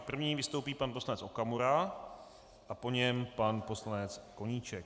První vystoupí pan poslanec Okamura a po něm pan poslanec Koníček.